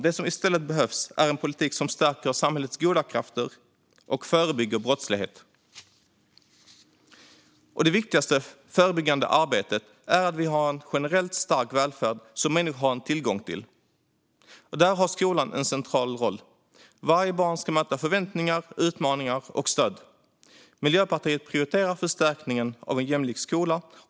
Det som i stället behövs är politik som stärker samhällets goda krafter och förebygger brottslighet. Det viktigaste förebyggande arbetet är att vi har en generellt stark välfärd som människor har tillgång till. Där har skolan en central roll. Varje barn ska möta förväntningar, utmaningar och stöd. Miljöpartiet prioriterar förstärkningen av en jämlik skola.